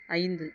ஐந்து